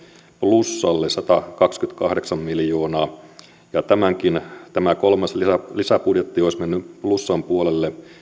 plussalle satakaksikymmentäkahdeksan miljoonaa ja tämä kolmaskin lisäbudjetti olisi mennyt plussan puolelle